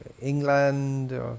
England